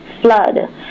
flood